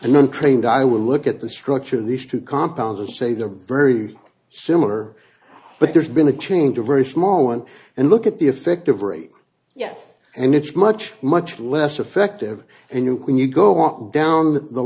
eye would look at the structure of these two compounds and say they're very similar but there's been a change a very small one and look at the effective rate yes and it's much much less effective and you can you go on down the